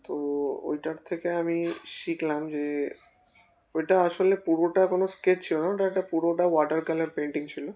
তো ওইটার থেকে আমি শিখলাম যে ওইটা আসলে পুরোটা কোনো স্কেচ ছিল না ওটা একটা পুরোটা ওয়াটার কালার পেইন্টিং ছিল